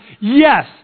Yes